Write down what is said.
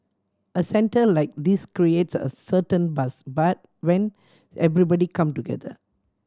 a centre like this creates a certain buzz bar when everybody come together